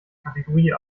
kategorie